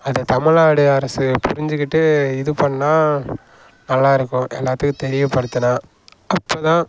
அது தமிழ்நாடு அரசு புரிஞ்சுகிட்டு இது பண்ணால் நல்லாயிருக்கும் எல்லாத்துக்கும் தெரியப்படுத்தினா அப்போ தான்